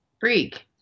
freak